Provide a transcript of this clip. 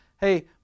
hey